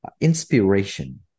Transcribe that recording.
inspiration